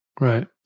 Right